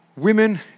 Women